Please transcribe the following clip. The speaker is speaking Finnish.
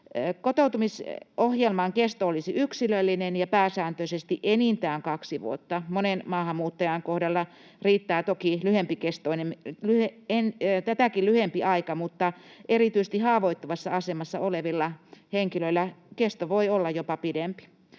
Kotoutumisohjelman kesto olisi yksilöllinen ja pääsääntöisesti enintään kaksi vuotta. Monen maahanmuuttajan kohdalla riittää toki tätäkin lyhyempi aika, mutta erityisesti haavoittuvassa asemassa olevilla henkilöillä kesto voi olla jopa pidempi.